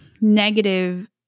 negative